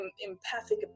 empathic